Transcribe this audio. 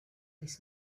this